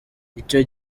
icyo